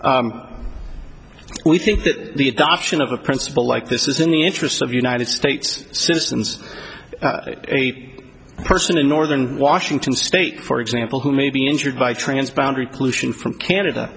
we think that the adoption of a principle like this is in the interests of united states citizens a person in northern washington state for example who may be injured by transponder occlusion from canada